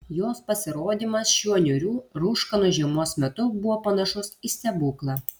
jos pasirodymas šiuo niūriu rūškanu žiemos metu buvo panašus į stebuklą